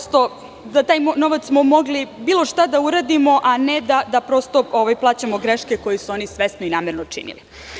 Sa tim novcem smo mogli bilo šta da uradimo, a ne da plaćamo greške koje su oni svesno i namerno učinili.